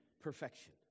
perfection